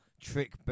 Trick